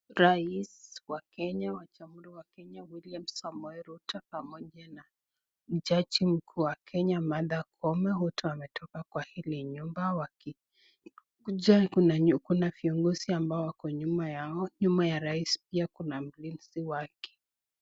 Rais wa jamhuri ya kenya William Samoei Ruto pamoja na jaji mkuu wa Kenya Martha Koome, wametoka kwa hili nyuma, kuna viongozi nyuma yao, nyuma ya rais pia kuna mlinzi wake.